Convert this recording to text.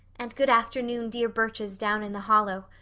and good afternoon dear birches down in the hollow.